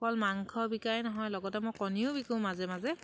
অকল মাংস বিকাই নহয় লগতে মই কণীও বিকোঁ মাজে মাজে